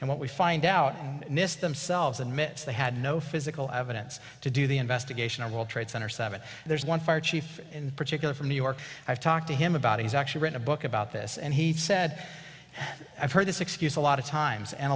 and what we find out nist themselves in minutes they had no physical evidence to do the investigation or world trade center seven there's one fire chief in particular from new york i've talked to him about he's actually written a book about this and he said i've heard this excuse a lot of times and